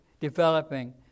developing